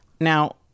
Now